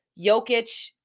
Jokic